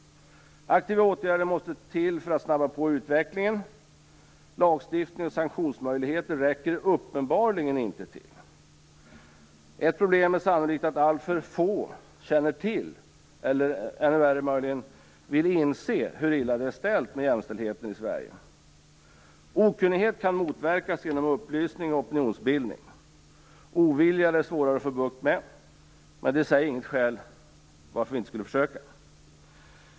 Aktiva åtgärder måste till för att snabba på utvecklingen. Lagstiftning och sanktionsmöjligheter räcker uppenbarligen inte till. Ett problem är sannolikt att alltför få känner till eller, ännu värre, möjligen vill inse hur illa det är ställt med jämställdheten i Sverige. Okunnighet kan motverkas genom upplysning och opinionsbildning. Oviljan är det svårare att få bukt med, men det är i sig inget skäl för att vi inte skulle försöka.